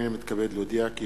הנני מתכבד להודיעכם,